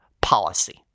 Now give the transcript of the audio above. policy